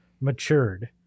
matured